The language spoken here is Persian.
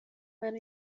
منو